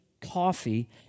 coffee